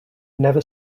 never